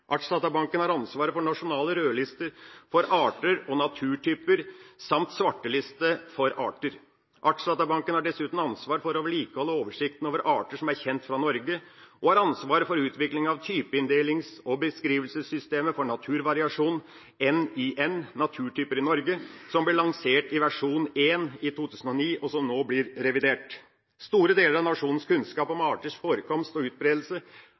Artsdatabanken har ansvaret for nasjonale rødlister for arter og naturtyper samt svarteliste for arter. Artsdatabanken har dessuten ansvar for å vedlikeholde oversikter over arter som er kjent fra Norge og har ansvaret for utvikling av typeinndelings- og beskrivelsessystemet for naturvariasjon, NiN – Naturtyper i Norge – som ble lansert i versjon 1 i 2009, og som nå blir revidert. Store deler av nasjonens kunnskap om arters forekomst og utbredelse